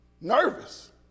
Nervous